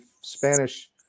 Spanish